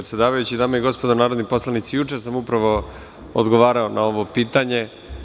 Dame i gospodo narodni poslanici, juče sam upravo odgovarao na ovo pitanje.